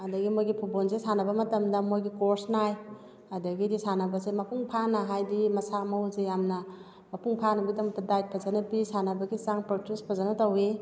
ꯑꯗꯒꯤ ꯃꯣꯏꯒꯤ ꯐꯨꯠꯕꯣꯜꯁꯤ ꯁꯥꯟꯅꯕ ꯃꯇꯝꯗ ꯃꯣꯏꯒꯤ ꯀꯣꯔꯁ ꯅꯥꯏ ꯑꯗꯒꯤꯗꯤ ꯁꯥꯟꯅꯕꯁꯤ ꯃꯄꯨꯡ ꯐꯥꯅ ꯍꯥꯏꯗꯤ ꯃꯁꯥ ꯃꯎꯁꯤ ꯌꯥꯝ ꯃꯄꯨꯡ ꯐꯥꯅꯕꯒꯤꯗꯃꯛꯇ ꯗꯥꯏꯠ ꯐꯖꯟꯅ ꯄꯤ ꯁꯥꯟꯅꯕꯒꯤ ꯆꯥꯡ ꯄ꯭ꯔꯦꯛꯇꯤꯁ ꯐꯖꯟꯅ ꯇꯧꯏ